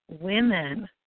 women